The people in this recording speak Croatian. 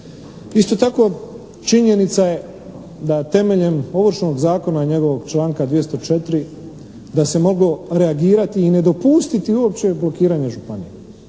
Isto tako, činjenica je da temeljem Ovršnog zakona i njegovog članka 204. da se moglo reagirati i ne dopustiti uopće blokiranje županije.